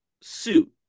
suit